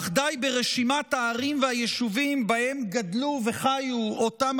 אך די ברשימת הערים והיישובים שבהם גדלו וחיו אותם